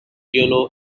yellow